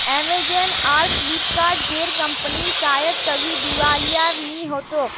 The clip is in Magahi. अमेजन आर फ्लिपकार्ट जेर कंपनीर शायद कभी दिवालिया नि हो तोक